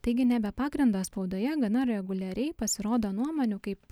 taigi ne be pagrindo spaudoje gana reguliariai pasirodo nuomonių kaip